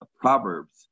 Proverbs